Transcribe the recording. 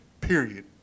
period